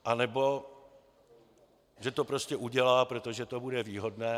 Anebo že to prostě udělá, protože to bude výhodné.